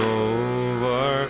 over